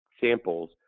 samples